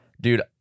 Dude